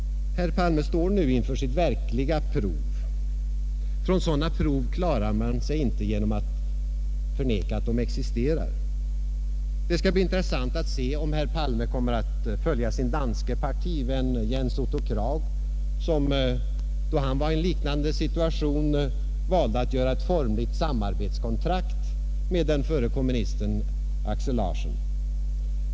Herr Palme står nu inför sitt verkliga prov. Från sådana prov klarar man sig inte genom att förneka att de existerar. Det skall bli intressant att se om herr Palme kommer att följa sin danske partivän Jens Otto Krag som, då han var i en liknande situation, valde att göra ett formligt samarbetskontrakt med förre kommunisten Aksel Larsen.